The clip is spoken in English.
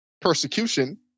persecution